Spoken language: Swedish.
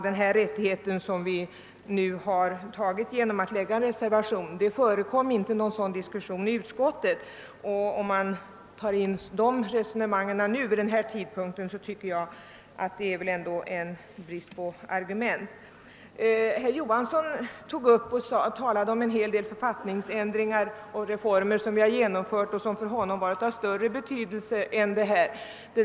Det förekom inte någon diskussion om initiativrätten i utskottet, och om man nu för in sådana resonemang vid denna tidpunkt tycker jag att det ändå tyder på brist på argument. Herr Johansson I Trollhättan talade om en hel del författningsändringar och reformer som vi har genomfört och som för honom varit av större betydelse än denna fråga.